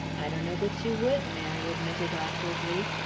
i donno but you would, mary admitted awkwardly,